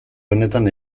honetan